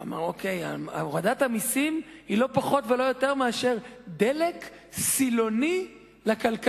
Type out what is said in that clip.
והוא אמר: הורדת המסים היא לא פחות ולא יותר מאשר דלק סילוני לכלכלה.